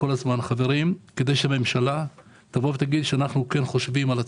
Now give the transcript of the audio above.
חברים, כדי שהממשלה תגיד שהיא כן חושבת על הצפון,